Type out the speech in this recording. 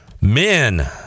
men